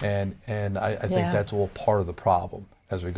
and i think that's all part of the problem as we